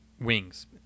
Wings